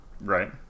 Right